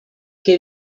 que